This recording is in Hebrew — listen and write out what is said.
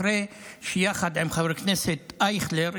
אחרי שיחד עם חבר הכנסת אייכלר,